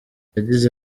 yagize